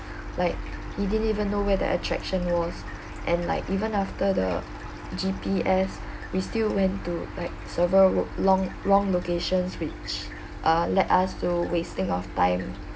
like he didn't even know where the attraction was and like even after the G_P_S we still went to like several wro~ long wrong locations which uh let us to wasting off time